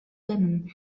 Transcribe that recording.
lemon